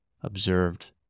observed